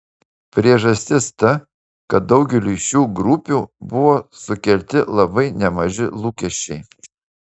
priežastis ta kad daugeliui šių grupių buvo sukelti labai nemaži lūkesčiai